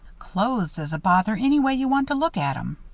clothes is a bother any way you want to look at em.